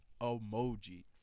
emoji